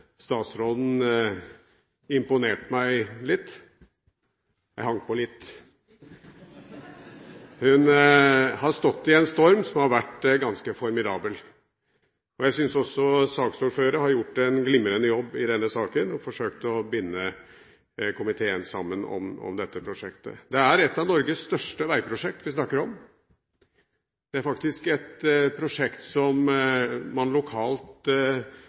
statsråden imponert meg litt – jeg hang på «litt». Hun har stått i en storm som har vært ganske formidabel. Jeg syns også saksordføreren har gjort en glimrende jobb i denne saken og forsøkt å binde komiteen sammen om dette prosjektet. Vi snakker om et av Norges største veiprosjekt. Det er faktisk et prosjekt som man lokalt